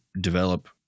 develop